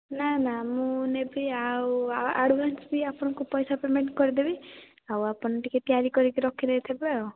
ନା ନା ମୁଁ ନେବି ଆଉ ଆଡଭାନ୍ସ ବି ଆପଣଙ୍କୁ ପଇସା ପେମେଣ୍ଟ କରିଦେବି ଆଉ ଆପଣ ଟିକେ ତିଆରି କରିକି ରଖି ଦେଇ ଥିବେ ଆଉ